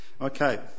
Okay